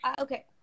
Okay